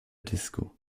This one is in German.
disco